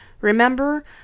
Remember